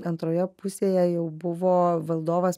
antroje pusėje jau buvo valdovas